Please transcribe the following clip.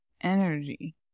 energy